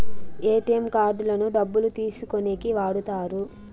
ATM కార్డులను డబ్బులు తీసుకోనీకి వాడుతారు